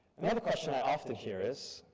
another question i often hear is,